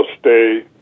stay